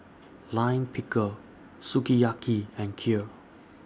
Lime Pickle Sukiyaki and Kheer